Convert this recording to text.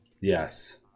Yes